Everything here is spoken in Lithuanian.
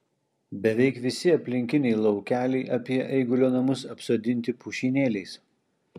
beveik visi aplinkiniai laukeliai apie eigulio namus apsodinti pušynėliais